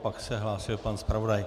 Pak se hlásil pan zpravodaj.